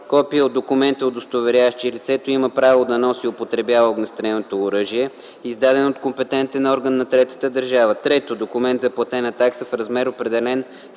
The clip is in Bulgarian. копие от документа, удостоверяващ, че лицето има право да носи и употребява огнестрелното оръжие, издаден от компетентен орган на третата държава; 3. документ за платена такса в размер, определен